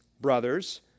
brothers